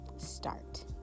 start